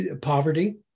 poverty